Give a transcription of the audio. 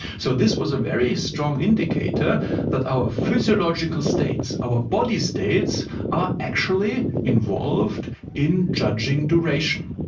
so this was a very strong indicator that our physiological states, our body states are actually involved in judging duration.